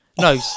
No